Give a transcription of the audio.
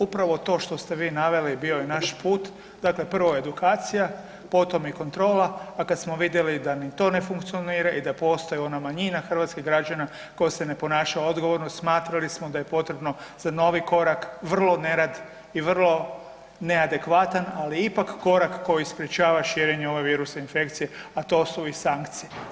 Upravo to što ste vi naveli bio je naš put, dakle prvo edukacija, potom i kontrola, a kad smo vidjeli da ni to ne funkcionira i da postoji ona manjina hrvatskih građana koja se ne ponaša odgovorno, smatrali smo da je potrebno za novi korak, vrlo nerad i vrlo neadekvatan, ali ipak korak koji sprječava širenje ove virusne infekcije, a to su i sankcije.